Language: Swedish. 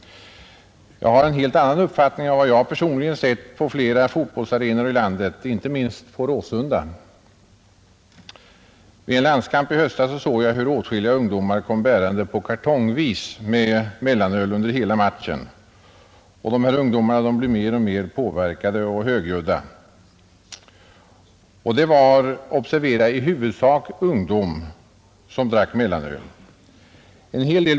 Jag har en helt annan uppfattning efter vad jag personligen sett på flera fotbollsarenor i landet, inte minst på Råsunda, Vid en landskamp i höstas såg jag hur åtskilliga ungdomar kom bärande på kartonger med mellanöl under matchen. Dessa ungdomar blev mer och mer påverkade och högljudda. Jag observerade att det i huvudsak var ungdomar som drack mellanöl.